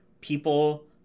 people